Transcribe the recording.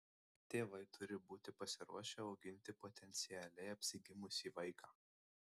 tėvai turi būti pasiruošę auginti potencialiai apsigimusį vaiką